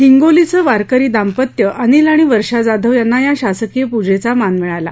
हिंगोलीचं वारकरी दाम्पत्य अनिल आणि वर्षा जाधव यांना या शासकीय पूजेचा मान मिळाला